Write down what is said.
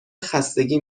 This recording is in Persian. خستگی